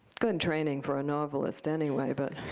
good and training for a novelist anyway. but